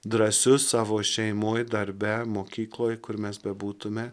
drąsius savo šeimoj darbe mokykloj kur mes bebūtume